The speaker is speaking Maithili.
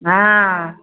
हँ